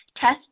test